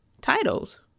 titles